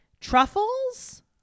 Truffles